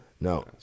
no